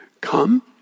come